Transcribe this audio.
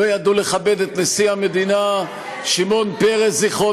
לא ידעו לכבד את נשיא המדינה שמעון פרס ז"ל,